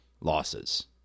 losses